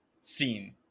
scene